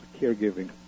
caregiving